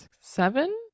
Seven